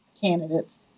candidates